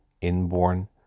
inborn